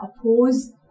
oppose